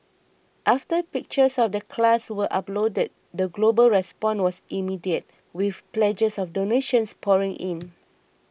after pictures of the class were uploaded the global response was immediate with pledges of donations pouring in